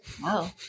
wow